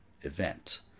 event